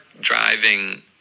driving